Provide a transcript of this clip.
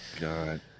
god